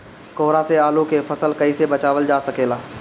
कोहरा से आलू के फसल कईसे बचावल जा सकेला?